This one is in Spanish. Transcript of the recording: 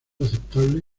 aceptable